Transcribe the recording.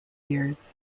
years